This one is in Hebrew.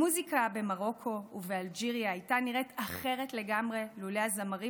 המוזיקה במרוקו ובאלג'יריה הייתה נראית אחרת לולא הזמרים